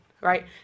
right